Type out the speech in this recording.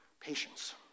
patience